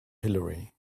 hillary